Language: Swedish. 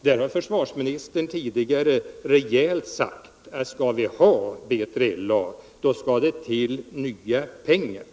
den frågan har försvarsministern tidigare rejält sagt, att om vi skall ha BILA måste det till nya pengar.